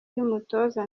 y’umutoza